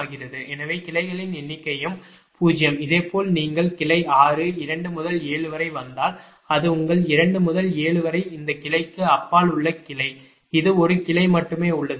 ஆகிறது எனவே கிளைகளின் எண்ணிக்கையும் 0 இதேபோல் நீங்கள் கிளை 6 2 முதல் 7 வரை வந்தால் அது உங்கள் 2 முதல் 7 வரை இந்த கிளைக்கு அப்பால் உள்ள கிளை இது ஒரு கிளை மட்டுமே உள்ளது